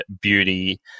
beauty